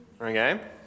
Okay